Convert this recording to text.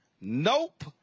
Nope